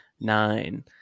nine